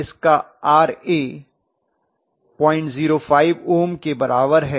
इसका Ra 005 ohm के बराबर है